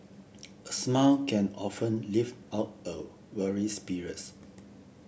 a smile can often lift up a weary spirits